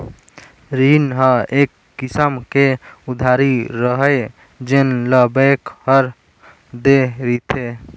रीन ह एक किसम के उधारी हरय जेन ल बेंक ह दे रिथे